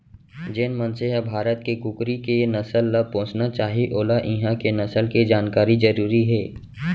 जेन मनसे ह भारत के कुकरी के नसल ल पोसना चाही वोला इहॉं के नसल के जानकारी जरूरी हे